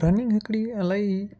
running हिकिड़ी अलाई